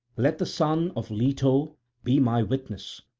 let the son of leto be my witness,